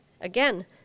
again